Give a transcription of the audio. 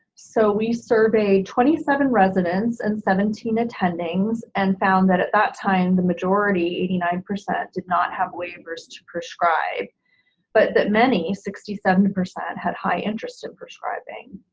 so we surveyed twenty seven residents and seventeen attendings and found that at that time the majority, eighty-nine percent, did not have waivers to prescribe but that many, sixty seven percent, had high interest in prescribing.